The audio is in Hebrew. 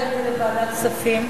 למה לא להעביר את זה לוועדת הכספים,